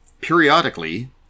periodically